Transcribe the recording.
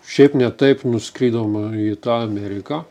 šiaip ne taip nuskridom į tą ameriką